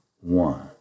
one